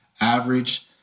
average